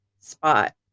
spot